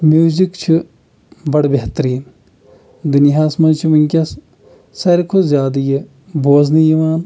music چھُ بَڑٕ بہتریٖن دُنیاہَس منٛز چھِ ونکیٚس ساروٕے کھۄتہٕ زیادٕ یہِ بوزنہٕ یِوان